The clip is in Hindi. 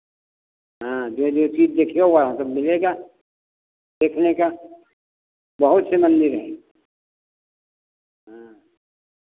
हाँ जो जो चीज़ देखियो वहाँ सब मिलेगा देखने का बहुत से मंदिर हैं हाँ